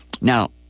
Now